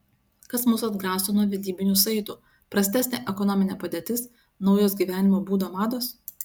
kas mus atgraso nuo vedybinių saitų prastesnė ekonominė padėtis naujos gyvenimo būdo mados